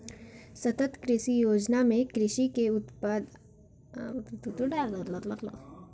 सतत कृषि योजना में कृषि के उत्पादन के सतत बनावे के बात कईल गईल हवे